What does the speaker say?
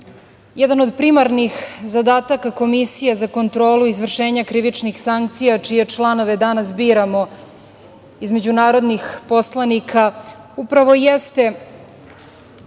od primarnih zadataka Komisije za kontrolu izvršenja krivičnih sankcija, čije članove danas biramo između narodnih poslanika, upravo jeste